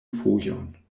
fojon